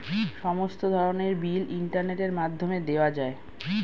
সমস্ত ধরনের বিল ইন্টারনেটের মাধ্যমে দেওয়া যায়